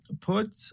put